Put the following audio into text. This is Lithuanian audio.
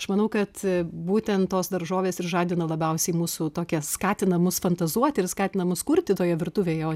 aš manau kad būtent tos daržovės ir žadino labiausiai mūsų tokia skatina mus fantazuoti ir skatina mus kurti toje virtuvėje o